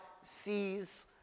sees